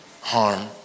harm